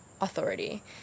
authority